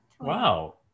wow